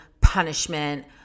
punishment